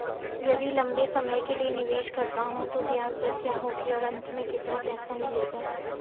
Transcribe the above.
यदि लंबे समय के लिए निवेश करता हूँ तो ब्याज दर क्या होगी और अंत में कितना पैसा मिलेगा?